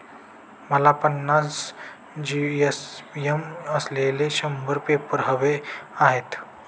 मला पन्नास जी.एस.एम असलेले शंभर पेपर हवे आहेत